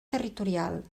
territorial